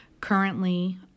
Currently